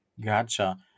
Gotcha